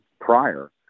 prior